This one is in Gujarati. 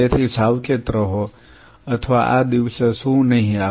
તેથી સાવચેત રહો અથવા આ દિવસે શું નહીં આવે